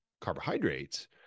carbohydrates